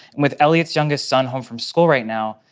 with elliot's youngest son home from school right now,